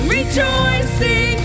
rejoicing